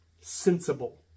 sensible